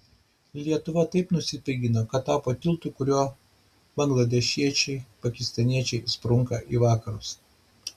lietuva taip nusipigino kad tapo tiltu kuriuo bangladešiečiai pakistaniečiai sprunka į vakarus